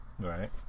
Right